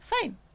fine